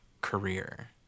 career